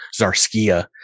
zarskia